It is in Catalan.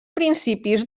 principis